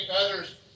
others